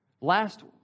Last